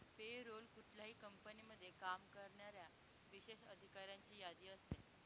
पे roll कुठल्याही कंपनीमध्ये काम करणाऱ्या विशेष अधिकाऱ्यांची यादी असते